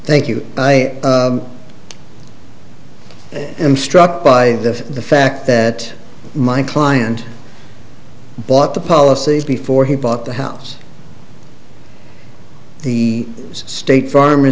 thank you i am struck by the fact that my client bought the policies before he bought the house the state farm